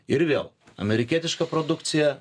ir vėl amerikietiška produkcija